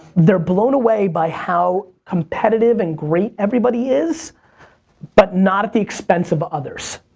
they're blown away by how competitive and great everybody is but not at the expense of others.